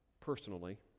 personally